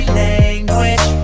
language